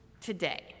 today